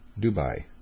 Dubai